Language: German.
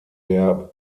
der